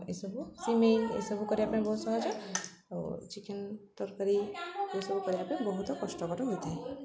ଏସବୁ ସିମେଇଁ ଏସବୁ କରିବା ପାଇଁ ବହୁତ ସହଜ ଆଉ ଚିକେନ ତରକାରୀ ଏସବୁ କରିବା ପାଇଁ ବହୁତ କଷ୍ଟକର ହୋଇଥାଏ